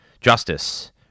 Justice